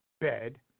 bed